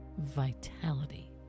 vitality